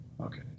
Okay